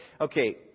Okay